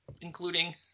including